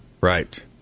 Right